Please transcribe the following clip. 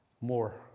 more